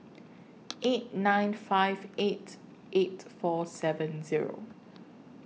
eight nine five eight eight four seven Zero